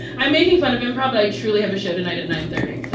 i'm making fun of improv, but i truly have a show tonight at nine thirty.